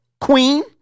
Queen